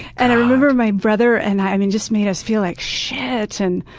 and i remember my brother and i, just made us feel like shit. and